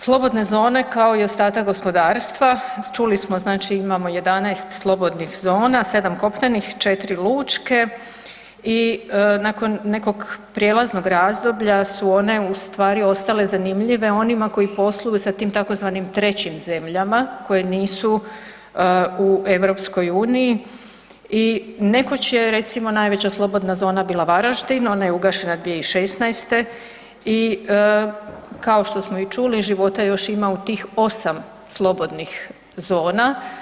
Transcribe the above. Slobodne zone kao i ostatak gospodarstva, čuli smo, znači imamo 11 slobodnih zona, 7 kopnenih, 4 lučke i nakon nekog prijelaznog razdoblja su one ustvari ostale zanimljive onima koji posluju sa tim tzv. trećim zemljama koje nisu u EU i nekoć je recimo najveća slobodna zona bila Varaždin, ona je ugašena 2016. i kao što smo i čuli, života još ima u tih 8 slobodnih zona.